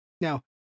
Now